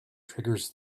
triggers